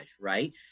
right